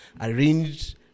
arranged